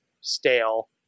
stale